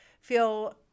feel